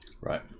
Right